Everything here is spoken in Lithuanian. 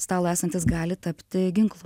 stalo esantis gali tapti ginklu